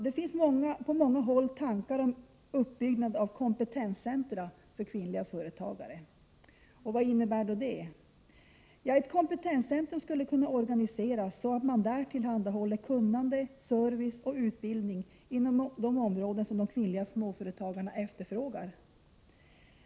Det finns på många håll tankar om uppbyggnad av kompetenscentra för kvinnliga företagare. Vad innebär då detta? Ja, ett kompetenscentrum skulle kunna organiseras så att man där tillhandahåller kunnande, service och utbildning inom de områden som de kvinnliga småföretagarna efterfrågar.